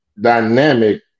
dynamic